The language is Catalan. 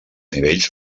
nivells